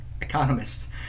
economists